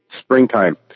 springtime